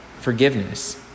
forgiveness